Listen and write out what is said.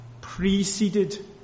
preceded